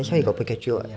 that's why he got pikachu [what]